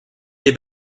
des